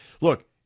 Look